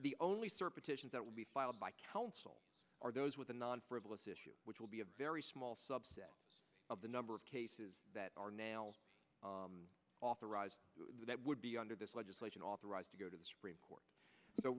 the only sir petitions that will be filed by counsel are those with the non frivolous issue which will be a very small subset of the number of cases that are nails authorized that would be under this legislation authorized to go to the supreme court so